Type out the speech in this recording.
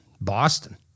Boston